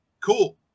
Cool